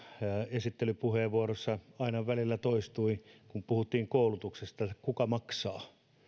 esittelypuheenvuoroissa aina välillä toistui kun puhuttiin koulutuksesta että kuka maksaa